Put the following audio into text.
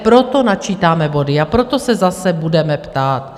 Proto načítáme body a proto se zase budeme ptát.